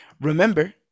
remember